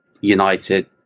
United